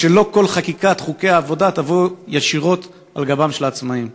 ושכל חקיקת חוקי העבודה לא תבוא ישירות על גבם של העצמאים.